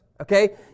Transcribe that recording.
Okay